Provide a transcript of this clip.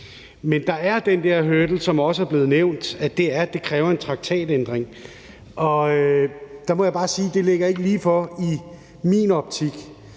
Men der er den der hurdle, som også er blevet nævnt, nemlig at det kræver en traktatændring, og der må jeg bare sige, at det ikke ligger lige for i min optik.